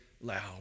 loud